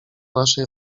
naszej